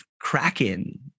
Kraken